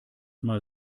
mal